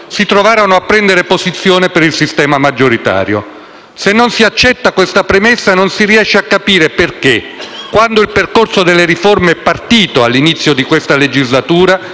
Se non si accetta questa premessa non si riesce a capire perché, quando il percorso delle riforme è partito, all'inizio di questa legislatura, si era pensato che la legge elettorale dovesse seguire